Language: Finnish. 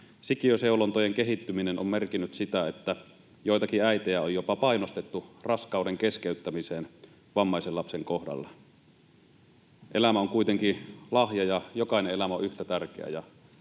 Sikiöseulontojen kehittyminen on merkinnyt sitä, että joitakin äitejä on jopa painostettu raskauden keskeyttämiseen vammaisen lapsen kohdalla. Elämä on kuitenkin lahja ja jokainen elämä on yhtä tärkeä